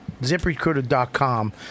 Ziprecruiter.com